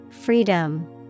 freedom